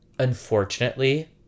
Unfortunately